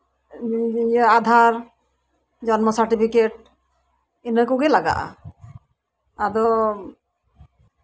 ᱤᱭᱟᱹ ᱟᱫᱷᱟᱨ ᱡᱚᱱᱢᱚ ᱥᱟᱨᱴᱤᱯᱷᱤᱠᱮᱴ ᱤᱱᱟᱹ ᱠᱚᱜᱮ ᱞᱟᱜᱟᱜᱼᱟ ᱟᱫᱚ